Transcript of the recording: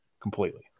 completely